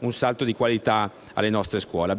un salto di qualità alle nostre scuole.